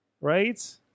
right